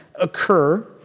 occur